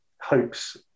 hopes